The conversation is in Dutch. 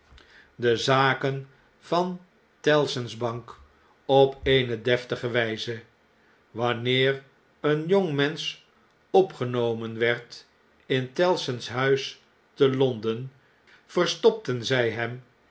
doen valzaken van tellson's bank op eene deftige wjjze wanneer een jongmensch opgenomen werd in tellson's huis te l o n d e n verstopten zjj hem